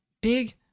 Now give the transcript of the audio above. big